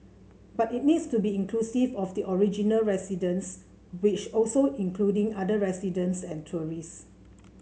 but it needs to be inclusive of the original residents which also including other residents and tourists